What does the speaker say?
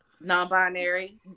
Non-binary